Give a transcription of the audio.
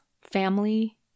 family